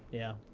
yeah,